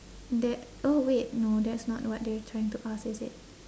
that oh wait no that's not what they're trying to ask is it